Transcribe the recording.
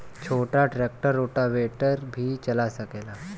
छोटा tractor rotavator भी चला सकेला?